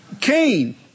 Cain